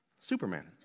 Superman